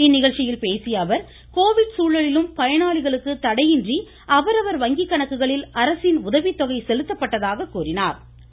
இந்நிகழ்ச்சியில் பேசிய அவர் கோவிட் சூழலிலும் பயனாளிகளுக்கு தடையின்றி அவரவா் வங்கி கணக்குகளில் அரசின் உதவித்தொகை செலுத்தப்பட்டதாக கூறினாா்